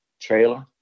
trailer